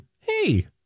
hey